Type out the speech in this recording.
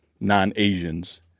non-Asians